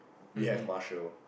we have marshal